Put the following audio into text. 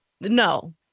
No